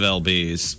lbs